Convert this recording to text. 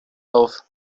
auf